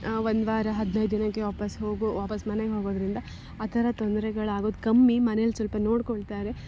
ಒಂದು ವಾರ ಹದಿನೈದು ದಿನಕ್ಕೆ ವಾಪಾಸ್ ಹೋಗೊ ವಾಪಾಸ್ ಮನೆಗೆ ಹೋಗೋದರಿಂದ ಆ ಥರ ತೊಂದ್ರೆಗಳಾಗೋದು ಕಮ್ಮಿ ಮನೆಯಲ್ ಸ್ವಲ್ಪ ನೋಡಿಕೊಳ್ತಾರೆ